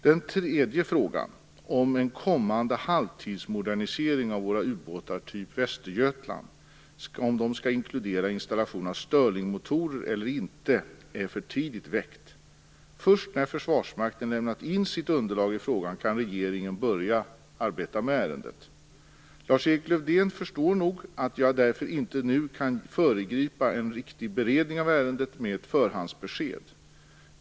Den tredje frågan, om en kommande halvtidsmodernisering av våra ubåtar av typ Västergötland skall inkludera installation av Sterlingmotorer eller inte, är för tidigt väckt. Först när Försvarsmakten lämnat in sitt underlag i frågan kan regeringen börja arbeta med ärendet. Lars-Erik Lövdén förstår nog att jag därför inte nu kan föregripa en riktig beredning av ärendet med ett förhandsbesked.